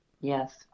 Yes